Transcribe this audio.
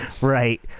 right